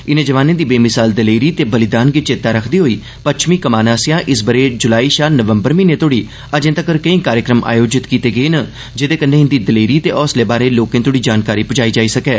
इने जवाने दी बेमिसाल दलेरी ते बलिदान गी चेत्ता रक्खदे होई पच्छमी कमान आसेआ इस बरे जुलाई षा नवम्बर म्हीने तोह्ड़ी अजें तगर केईं कार्यक्रम आयोजित कीते गे न जेह्दे कन्नै इंदी दलेरी ते हौसले बारै लोकें तोहड़ी जानकारी पुजाई जाई सकै